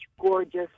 gorgeous